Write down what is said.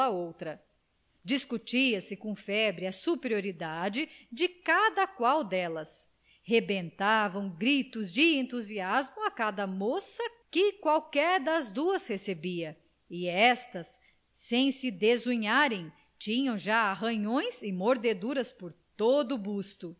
outra discutia se com febre a superioridade de cada qual delas rebentavam gritos de entusiasmo a cada mossa que qualquer das duas recebia e estas sem se desunharem tinham já arranhões e mordeduras por todo o busto